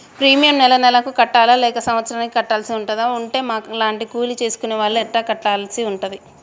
Premium నెల నెలకు కట్టాలా లేక సంవత్సరానికి కట్టాల్సి ఉంటదా? ఉంటే మా లాంటి కూలి చేసుకునే వాళ్లు ఎంత కట్టాల్సి ఉంటది?